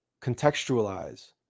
contextualize